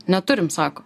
neturim sako